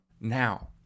now